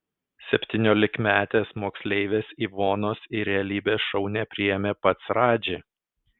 septyniolikmetės moksleivės ivonos į realybės šou nepriėmė pats radži